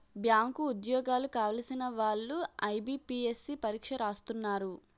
bank ఉద్యోగాలు కావలసిన వాళ్లు ఐబీపీఎస్సీ పరీక్ష రాస్తున్నారు